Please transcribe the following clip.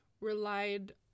relied